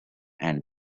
and